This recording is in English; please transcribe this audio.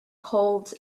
colds